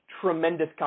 tremendous